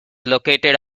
located